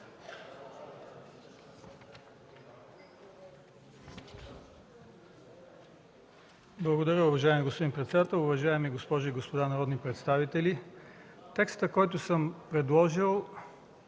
Благодаря, уважаеми господин председател. Уважаеми госпожи и господа народни представители! Текстът, който съм предложил,